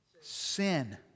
sin